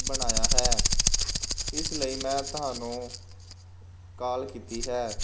ਬਣਾਇਆ ਹੈ ਇਸ ਲਈ ਮੈਂ ਤੁਹਾਨੂੰ ਕਾਲ ਕੀਤੀ ਹੈ